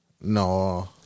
No